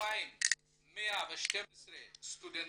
2,112 סטודנטים,